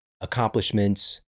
accomplishments